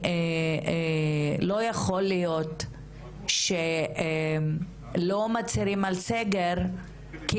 לא יכול להיות שלא מצהירים על סגר כי